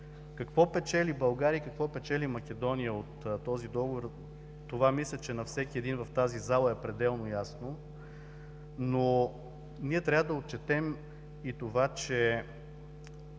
Какво печели България и какво печели Македония от този Договор? Това мисля, че на всеки един в тази зала е пределно ясно, но ние трябва да отчетем и това, че